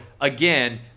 again